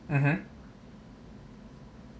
mmhmm